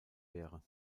wäre